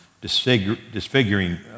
disfiguring